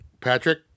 Patrick